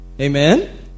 Amen